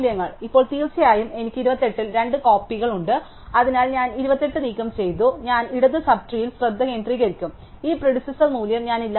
ഇപ്പോൾ തീർച്ചയായും എനിക്ക് 28 ൽ രണ്ട് കോപ്പികൾ ഉണ്ട് അതിനാൽ ഞാൻ ആ 28 നീക്കം ചെയ്തു അതിനാൽ ഞാൻ ഇടത് സബ് ട്രീയിൽ ശ്രദ്ധ കേന്ദ്രീകരിക്കും ഈ പ്രിഡിസെസാർ മൂല്യം ഞാൻ ഇല്ലാതാക്കും